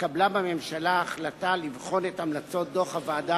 התקבלה בממשלה החלטה לבחון את המלצות דוח הוועדה